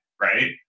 right